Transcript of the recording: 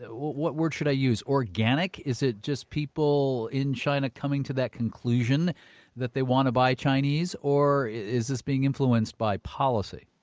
what word should, i use, organic? is it just people in china coming to that conclusion that they want to buy chinese or is this being influenced by policy?